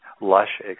lush